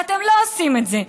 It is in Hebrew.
ואתם לא עושים את זה.